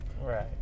Right